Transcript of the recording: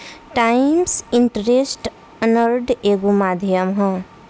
times interest earned एगो माध्यम ह